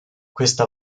questa